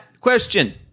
Question